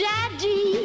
Daddy